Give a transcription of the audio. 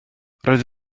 roedd